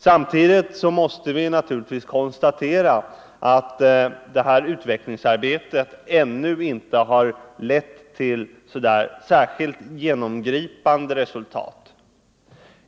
Samtidigt måste vi naturligtvis konstatera att det här utvecklingsarbetet ännu inte harlett till särskilt genomgripande resultat.